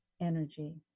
energy